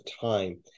time